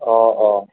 অঁ অঁ